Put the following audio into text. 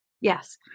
Yes